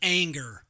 anger